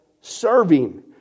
serving